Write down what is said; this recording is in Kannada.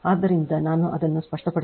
ಆದ್ದರಿಂದ ನಾನು ಅದನ್ನು ಸ್ಪಷ್ಟಪಡಿಸುತ್ತೇನೆ